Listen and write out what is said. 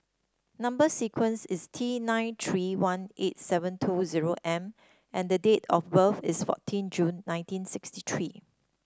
number sequence is T nine three one eight seven two zero M and the date of birth is fourteen June nineteen sixty three